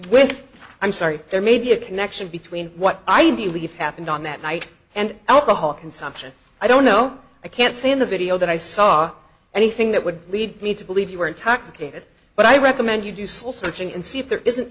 when i'm sorry there may be a connection between what i believe happened on that night and alcohol consumption i don't know i can't see in the video that i saw anything that would lead me to believe you were intoxicated but i recommend you do soul searching and see if there isn't